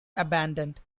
abandoned